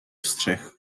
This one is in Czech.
střech